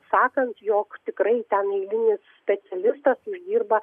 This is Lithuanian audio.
sakant jog tikrai ten eilinis specialistas uždirba